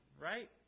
right